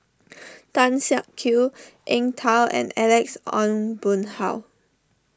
Tan Siak Kew Eng Tow and Alex Ong Boon Hau